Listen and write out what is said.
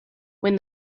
when